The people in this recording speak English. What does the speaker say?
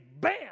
bam